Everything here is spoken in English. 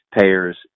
payers